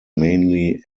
mainly